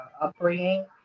upbringing